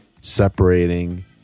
separating